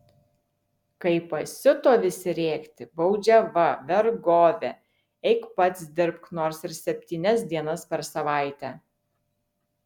kai pasiuto visi rėkti baudžiava vergovė eik pats dirbk nors ir septynias dienas per savaitę